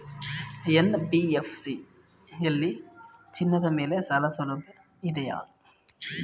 NBFC ಯಲ್ಲಿ ಚಿನ್ನದ ಮೇಲೆ ಸಾಲಸೌಲಭ್ಯ ಇದೆಯಾ?